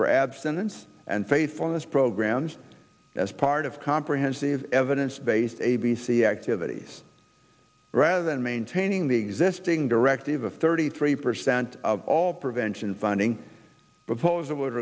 for abstinence and faithfulness programs as part of comprehensive evidence based a b c activities rather than maintaining the existing directive a thirty three percent of all prevention funding proposal would